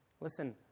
Listen